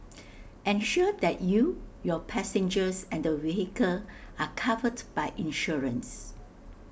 ensure that you your passengers and the vehicle are covered by insurance